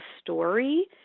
story